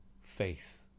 faith